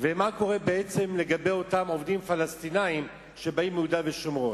ומה קורה בעצם לגבי אותם עובדים פלסטינים שבאים מיהודה ושומרון?